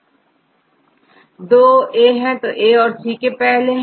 यहां 2 A है यहA C के पहले हैं